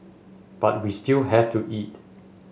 but we still have to eat